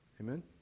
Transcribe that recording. Amen